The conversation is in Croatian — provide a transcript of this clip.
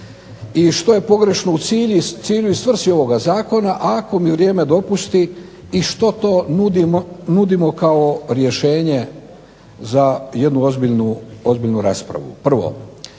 i što je pogrešno u cilju i svrsi ovoga zakona, a ako mi vrijeme dopusti i što to nudimo kao rješenje za jednu ozbiljnu raspravu. Prvo,